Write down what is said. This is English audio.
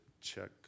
check